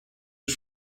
już